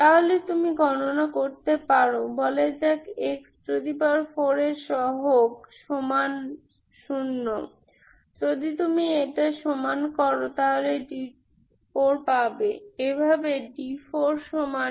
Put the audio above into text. তাহলে তুমি গণনা করতে পারো বলা যাক x4 এর সহগ সমান শূন্য যদি তুমি এটা সমান করো তাহলে d4 পাবে এভাবে d4d0242